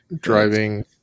driving